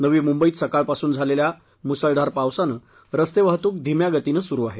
नवी मुंबईत् सकाळपासून झालेल्या मुसळधार पावसानं रस्ते वाहतूक धीम्या गतीनं सूरु आहे